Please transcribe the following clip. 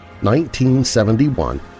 1971